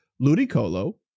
Ludicolo